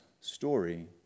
story